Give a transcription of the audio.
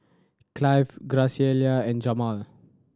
Clive Graciela and Jamaal